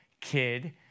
kid